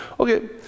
Okay